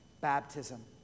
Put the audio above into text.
baptism